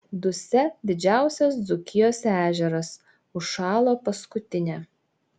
dusia didžiausias dzūkijos ežeras užšalo paskutinė